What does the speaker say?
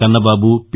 Kannababu P